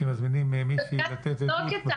כשמזמינים מישהי לתת עדות,